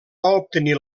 obtenir